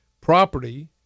property